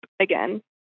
again